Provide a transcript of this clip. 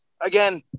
Again